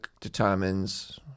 determines